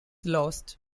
lost